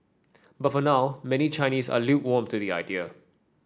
but for now many Chinese are lukewarm to the idea